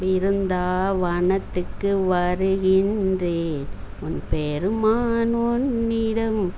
பிருந்தாவனத்துக்கு வருகின்றேன் உன் பெருமான் உன்னிடம்